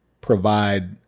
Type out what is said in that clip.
provide